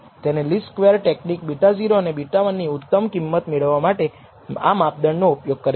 તેથી least square technique β0 અને β1 ની ઉત્તમ કિંમત મેળવવા માટે આ માપદંડ નો ઉપયોગ કરે છે